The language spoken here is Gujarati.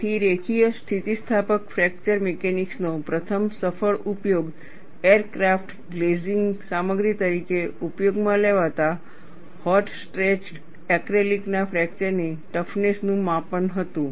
તેથી રેખીય સ્થિતિસ્થાપક ફ્રેક્ચર મિકેનિક્સ નો પ્રથમ સફળ ઉપયોગ એરક્રાફ્ટ ગ્લેઝિંગ સામગ્રી તરીકે ઉપયોગમાં લેવાતા હોટ સ્ટ્રેચ્ડ એક્રેલિક ના ફ્રેક્ચરની ટફનેસ નું માપન હતું